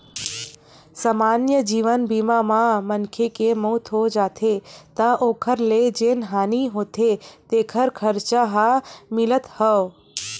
समान्य जीवन बीमा म मनखे के मउत हो जाथे त ओखर ले जेन हानि होथे तेखर खरचा ह मिलथ हव